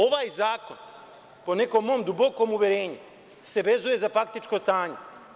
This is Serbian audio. Ovaj zakon, po nekom mom dubokom uverenju, vezuje se za faktičko stanje.